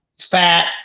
fat